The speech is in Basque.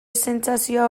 sentsazioa